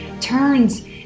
turns